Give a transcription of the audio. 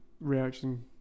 reaction